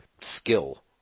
skill